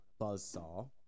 buzzsaw